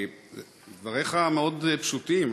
דבריך מאוד פשוטים,